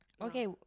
Okay